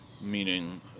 meaning